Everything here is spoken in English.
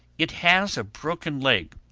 it has a broken leg.